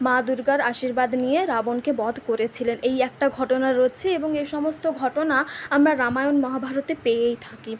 মা দুর্গার আশীর্বাদ নিয়ে রাবণকে বধ করেছিলেন এই একটা ঘটনা রয়েছে এবং এ সমস্ত ঘটনা আমরা রামায়ণ মহাভারতে পেয়েই থাকি